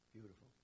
Beautiful